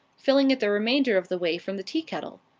filling it the remainder of the way from the teakettle.